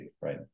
right